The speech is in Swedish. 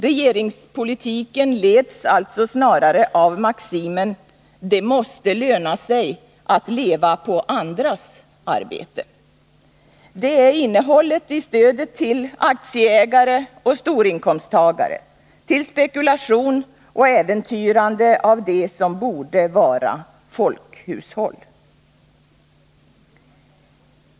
Regeringspolitiken leds alltså snarare av maximen: ”Det måste löna sig att leva på andras arbete.” Det är innehållet i stödet till aktieägare och storinkomsttagare, till spekulation och äventyrande av det som borde vara folkhushåll.